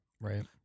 Right